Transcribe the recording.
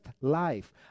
life